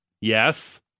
Yes